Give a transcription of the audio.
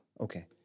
Okay